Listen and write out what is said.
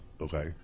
okay